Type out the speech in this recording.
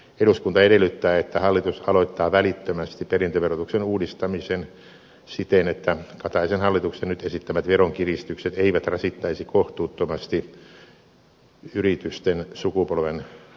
eduskunta edellyttää että hallitus aloittaa välittömästi perintöverotuksen uudistamisen siten että kataisen hallituksen nyt esittämät veronkiristykset eivät rasittaisi kohtuuttomasti yritysten sukupolvenvaihdostilanteita